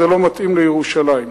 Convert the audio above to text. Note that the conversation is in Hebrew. זה לא מתאים לירושלים.